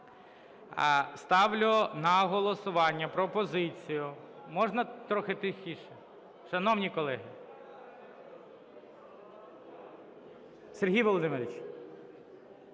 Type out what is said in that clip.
ставлю на голосування пропозицію